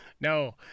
no